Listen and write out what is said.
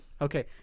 Okay